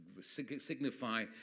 signify